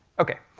okay,